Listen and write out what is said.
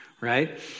right